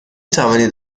توانید